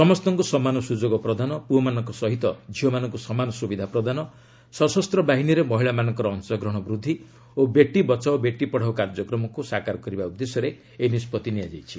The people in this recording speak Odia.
ସମସ୍ତଙ୍କୁ ସମାନ ସୁଯୋଗ ପ୍ରଦାନ ପୁଅମାନଙ୍କ ସହିତ ଝିଅମାନଙ୍କୁ ସମାନ ସୁବିଧା ପ୍ରଦାନ ସଶସ୍ତ ବାହିନୀରେ ମହିଳାମାନଙ୍କର ଅଂଶଗ୍ରହଣ ବୃଦ୍ଧି ଓ ବେଟି ବଚାଓ ବେଟି ପଢ଼ାଓ କାର୍ଯ୍ୟକ୍ରମକୁ ସାକାର କରିବା ଉଦ୍ଦେଶ୍ୟରେ ଏହି ନିଷ୍ପଭି ନିଆଯାଇଛି